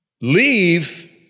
leave